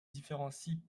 différencie